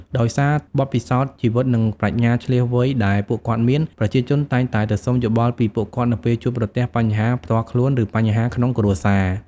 ដោយសារបទពិសោធន៍ជីវិត និងប្រាជ្ញាឈ្លាសវៃដែលពួកគាត់មាន ប្រជាជនតែងតែទៅសុំយោបល់ពីពួកគាត់នៅពេលជួបប្រទះបញ្ហាផ្ទាល់ខ្លួន ឬបញ្ហាក្នុងគ្រួសារ។